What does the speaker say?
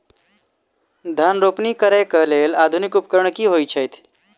धान रोपनी करै कऽ लेल आधुनिक उपकरण की होइ छथि?